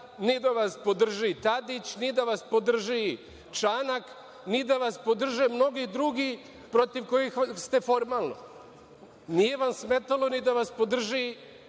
ni da vas podrži Tadić, ni da vas podrži Čanak, ni da vas podrže mnogi drugi protiv kojih ste formalno. Nije vam smetalo ni da vas podrži